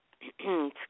Excuse